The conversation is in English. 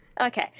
Okay